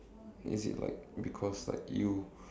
is it like because like you